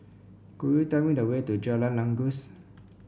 could you tell me the way to Jalan Janggus